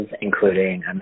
including